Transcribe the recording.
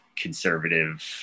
conservative